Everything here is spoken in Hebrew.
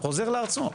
חוזר לארצו.